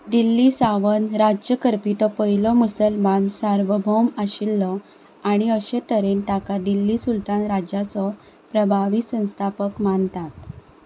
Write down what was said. दिल्ली सावन राज्य करपी तो पयलो मुसलमान सार्वभोम आशिल्लो आनी अशे तरेन ताका दिल्ली सुलतान राज्याचो प्रभावी संस्थापक मानतात